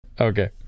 Okay